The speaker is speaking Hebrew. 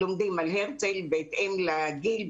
לומדים על הרצל בהתאם לגיל,